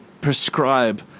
prescribe